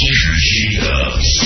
Jesus